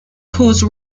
cause